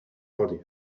body